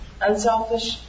Unselfish